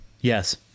Yes